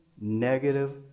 negative